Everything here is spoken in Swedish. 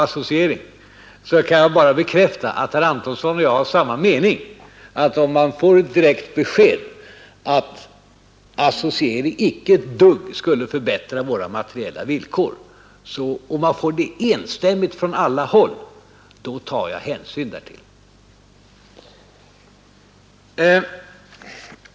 Jag kan emellertid bekräfta att 2 december 1971 herr Antonsson och jag har samma mening, att om man enstämmigt rån ——— alla håll får direkt besked om att associering inte ett dugg skulle förbättra — Å”8 förhandlingarvåra materiella villkor, tar jag hänsyn därtill.